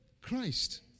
christ